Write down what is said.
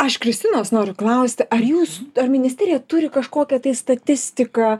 aš kristinos noriu klausti ar jūsų ar ministerija turi kažkokią tai statistiką